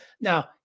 now